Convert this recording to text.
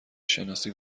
شناسی